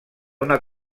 una